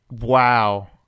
Wow